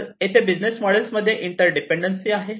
तर येथे बिझनेस मॉडेल्समध्ये इंटर डिपेन्डन्सी आहे